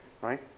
right